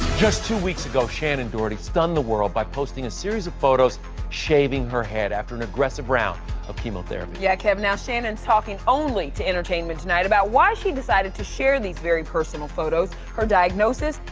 just two weeks ago shannen doherty stunned the world by posting a series of photos shaving her head after an aggressive round of chemotherapy. yeah kevin, now shannen is talking only to entertainment tonight about why she decided to share these very personal photos, her diagnosis,